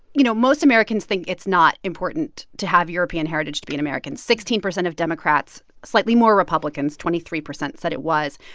you know, most americans think it's not important to have european heritage to be an american. sixteen percent of democrats slightly more republicans, twenty three percent said it was.